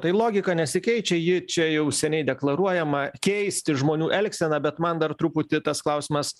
tai logika nesikeičia ji čia jau seniai deklaruojama keisti žmonių elgseną bet man dar truputį tas klausimas